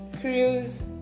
cruise